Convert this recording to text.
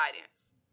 guidance